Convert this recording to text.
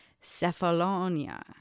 Cephalonia